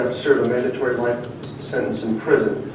um serve, ah, a mandatory life sentence in prison.